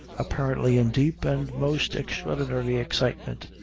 apparently in deep and most extraordinary excitement.